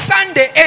Sunday